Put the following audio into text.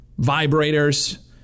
vibrators